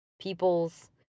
people's